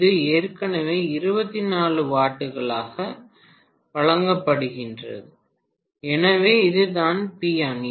இது ஏற்கனவே 24 வாட்களாக வழங்கப்பட்டுள்ளது எனவே இதுதான் PIron